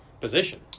position